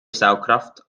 saugkraft